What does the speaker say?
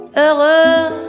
heureux